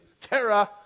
Terror